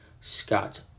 Scott